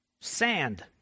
Sand